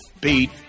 beat